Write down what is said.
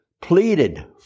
pleaded